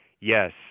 Yes